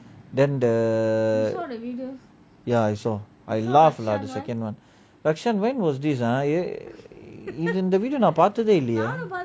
then the ya I saw I laugh lah the second one but shan when was this ah இந்த:intha video நான் பாத்ததே இல்லையே:nan paathathae illaiyae